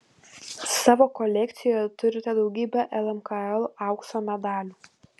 savo kolekcijoje turite daugybę lmkl aukso medalių